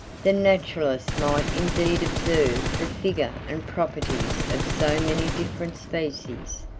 the naturalist might indeed observe the figure and properties of so many different species,